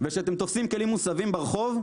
וכשאתם תופסים כלים מוסבים ברחוב,